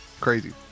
crazy